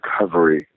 recovery